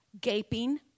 gaping